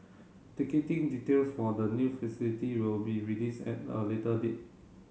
ticketing details for the new facility will be released at a later date